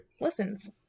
listens